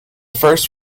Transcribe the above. first